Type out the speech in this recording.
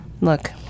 Look